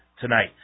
tonight